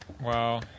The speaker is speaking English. Wow